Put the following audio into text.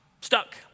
stuck